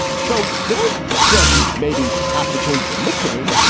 so they don't just maybe have to change their nickname.